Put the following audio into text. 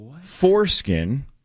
foreskin